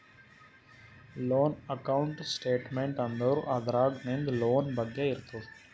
loan account statement ಅಂದುರ್ ಅದ್ರಾಗ್ ನಿಂದ್ ಲೋನ್ ಬಗ್ಗೆ ಇರ್ತುದ್